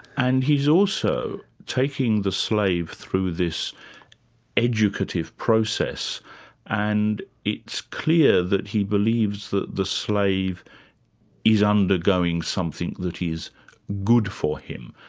and he's also taking the slave through this educative process and it's clear that he believes that the slave is undergoing something that is good for him.